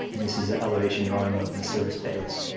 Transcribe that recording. this is an elevation drawing of the service bays.